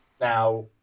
now